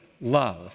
love